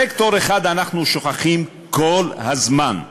סקטור אחד אנחנו שוכחים כל הזמן,